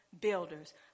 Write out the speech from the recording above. builders